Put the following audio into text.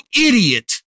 idiot